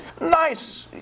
nice